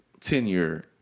tenure